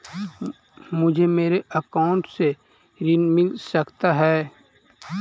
मुझे मेरे अकाउंट से ऋण मिल सकता है?